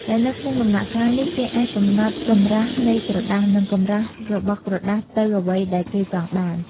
ដែលនៅក្នុងដំណាក់កាលនេះគេអាចកំណត់កម្រាសនៃក្រដាស និងកម្រាស់របស់ក្រដាសទៅអ្វីដែលគេចង់បាន។